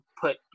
put